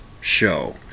show